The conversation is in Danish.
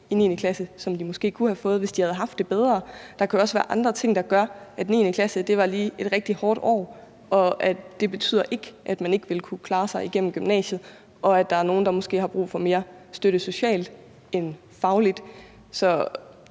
i 9. klasse, som de måske kunne have fået, hvis de havde haft det bedre. Der kan også være andre ting, der gør, at 9. klasse lige var et rigtig hårdt år, og at det ikke betyder, at man ikke vil kunne klare sig igennem gymnasiet, og at der er nogen, der måske har mere brug for støtte socialt end fagligt.